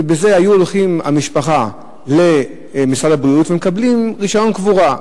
ובזה היתה הולכת המשפחה למשרד הבריאות ומקבלת רשיון קבורה.